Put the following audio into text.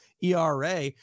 ERA